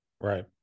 right